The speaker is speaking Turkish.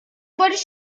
barış